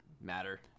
matter